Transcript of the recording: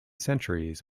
centuries